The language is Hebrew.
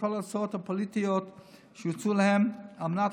לכל ההצעות הפוליטיות שהוצעו להן על מנת